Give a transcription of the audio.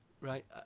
right